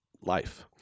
life